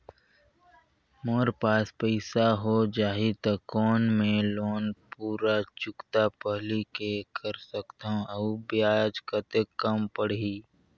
मोर पास पईसा हो जाही त कौन मैं लोन पूरा चुकता पहली ले कर सकथव अउ ब्याज कतेक कम पड़ही?